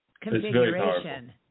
configuration